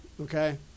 okay